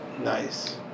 Nice